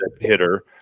hitter